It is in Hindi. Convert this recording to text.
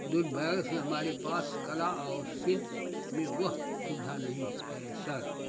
दुर्भाग्य से हमारे पास कला और शिल्प में वह सुविधा नहीं है सर